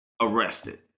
arrested